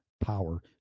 power